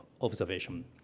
observation